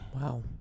wow